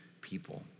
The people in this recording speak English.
people